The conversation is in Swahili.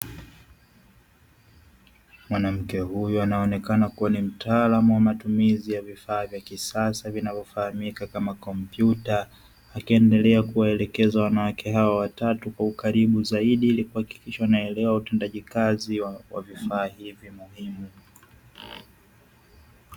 Mwanamke huyo anaonekana kuwa ni mtaalam wa matumizi ya vifaa vya kisasa vinavyofahamika kama kompyuta. Akiendelea kuwaelekeza wanawake hawa watatu kwa ukaribu zaidi ili kuhakikisha naelewe utendaji kazi wa vifaa hivyo.